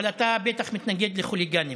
אבל אתה בטח מתנגד לחוליגנים.